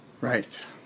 Right